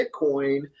Bitcoin